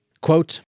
Quote